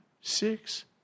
six